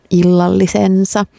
illallisensa